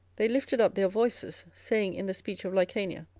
they lifted up their voices, saying in the speech of lycaonia,